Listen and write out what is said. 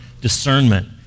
discernment